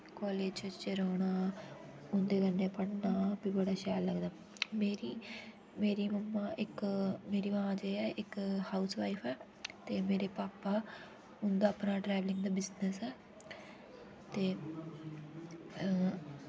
college च रौह्ना उंदे कन्ने पढ़ना बी बड़ा शैल लगदा मेरी मम्मा इक मां जे ऐ हाउस वाइफ ऐ ते मेरे पापा उन्दा अपना ट्रैवेलिंग दा बिजनेस ऐ ते